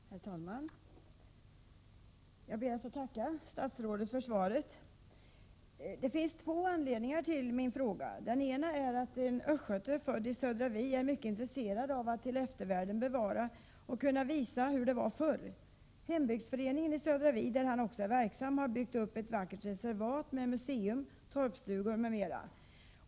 Herr talman! Jag ber att få tacka statsrådet för svaret. Det finns två anledningar till min fråga. Den ena är att en östgöte född i Södra Vi är mycket intresserad av att till eftervärlden bevara och kunna visa hur det var förr. Hembygdsföreningen i Södra Vi, där han också är verksam, har byggt upp ett vackert reservat med museum, torpstugor m.m.